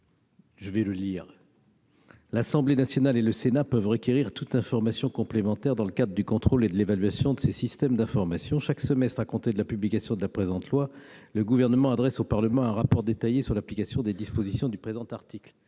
amendement :« L'Assemblée nationale et le Sénat peuvent requérir toute information complémentaire dans le cadre du contrôle et de l'évaluation de ces systèmes d'information. « Chaque semestre à compter de la publication de la présente loi, le Gouvernement adresse au Parlement un rapport détaillé sur l'application des dispositions du présent article.